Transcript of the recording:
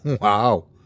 Wow